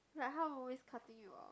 like how always cutting you orh